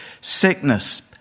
sickness